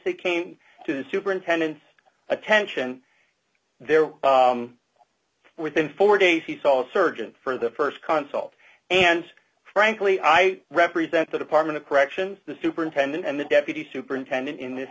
they came to superintendent attention there within four days he told surgeon for the st consul and frankly i represent the department of corrections the superintendent and the deputy superintendent in this